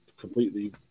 completely